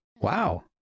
Wow